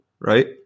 right